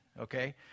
okay